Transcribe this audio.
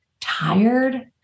tired